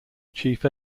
chief